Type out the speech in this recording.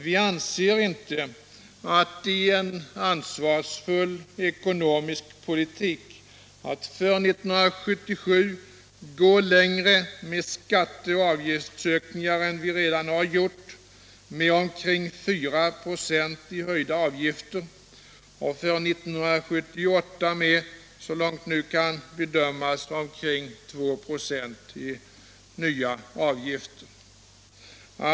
Vi anser inte att det är en ansvarsfull ekonomisk politik att för 1977 sträcka sig längre när det gäller skatteoch avgiftsökningar än vi redan har gjort, dvs. till omkring 4 926 höjning av avgifterna, och för 1978, såvitt vi nu kan bedöma, till omkring 2 96 i nya avgifter.